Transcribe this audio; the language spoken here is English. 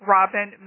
Robin